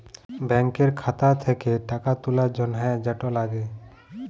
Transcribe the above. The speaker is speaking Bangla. ব্যাংকের খাতা থ্যাকে টাকা তুলার জ্যনহে যেট লাগে